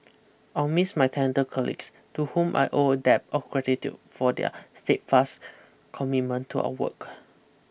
I'll miss my talent colleagues to whom I owe a debt of gratitude for their steadfast commitment to our work